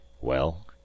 Well